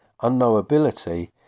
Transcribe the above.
unknowability